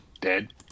dead